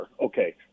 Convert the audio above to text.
okay